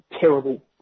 terrible